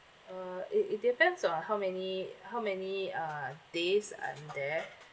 uh it it depends on how many how many uh days I'm there